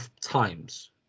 times